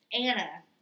Anna